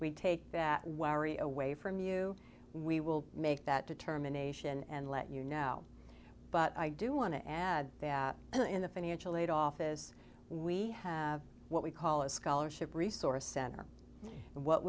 we take that away from you we will make that determination and let you know but i do want to add that in the financial aid office we have what we call a scholarship research a center and what